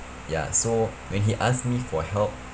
ya so when he asked me for help